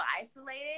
isolated